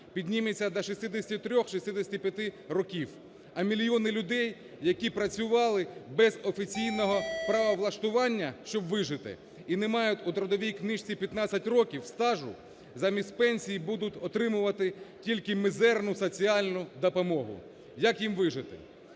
підніметься до 63-65 років, а мільйони людей, які працювали без офіційного права влаштування, щоб вижити, і не мають у трудовій книжці 15 років стажу, замість пенсії будуть отримувати тільки мізерну соціальну допомогу. Як їм вижити?